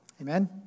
Amen